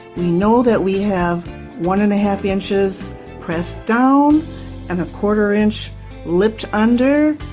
we know that we have one and a half inches pressed down and a quarter inch lipped under,